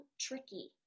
tricky